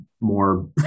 more